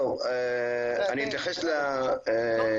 תיכף ניכנס לזה.